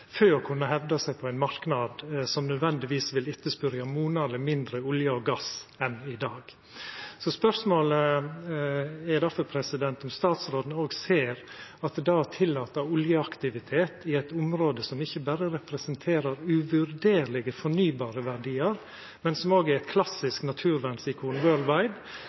å kunna hevda seg på ein marknad som nødvendigvis vil etterspørja monaleg mindre olje og gass enn i dag. Spørsmålet er difor: Ser statsråden at det å tillata oljeaktivitet i eit område som ikkje berre representerer uvurderlege fornybare verdiar, men som òg er eit klassisk